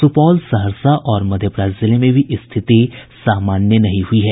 सुपौल सहरसा और मधेपुरा जिले में भी स्थिति सामान्य नहीं हुई है